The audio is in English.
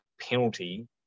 penalty